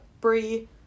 Brie